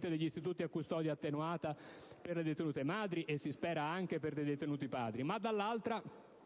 degli istituti a custodia attenuata per le detenute madri (e, si spera, anche per i detenuti padri) e anche